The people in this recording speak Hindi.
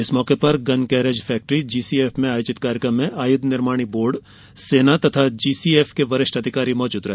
इस मौके पर गन कैरेज फैक्ट्री जीसीएफ में आयोजित कार्यक्रम में आयुध निर्माणी बोर्ड सेना तथा जीसीएफ के वरिष्ठ अधिकारी मौजूद रहे